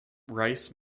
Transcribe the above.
rice